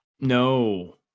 no